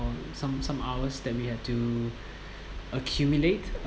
or some some hours that we had to accumulate